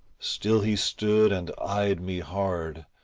still he stood and eyed me hard,